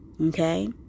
Okay